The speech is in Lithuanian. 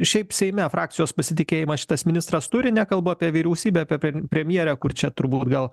šiaip seime frakcijos pasitikėjimą šitas ministras turi nekalbu apie vyriausybę apie premjerę kur čia turbūt gal